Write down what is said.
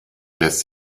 lässt